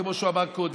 כמו שהוא אמר קודם,